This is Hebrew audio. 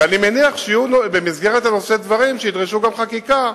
ואני מניח שיהיו במסגרת הנושא דברים שידרשו גם חקיקה,